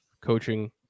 coaching